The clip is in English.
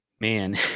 man